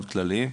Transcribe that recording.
מאוד כלליים.